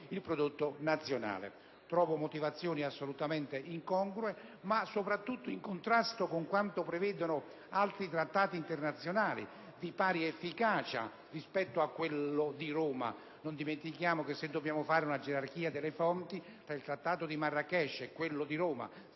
il prodotto nazionale. Trovo tale motivazione assolutamente incongrua e soprattutto in contrasto con quanto prevedono altri trattati internazionali di pari efficacia rispetto a quello di Roma. Non dimentichiamo che, se dobbiamo fare una gerarchia delle fonti, anche alla luce di quanto dispone